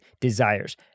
desires